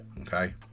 okay